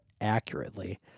accurately